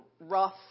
rough